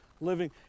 living